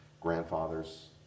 grandfathers